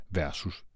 versus